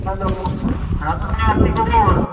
hello হ্যাঁ দাদা কি খবর